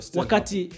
wakati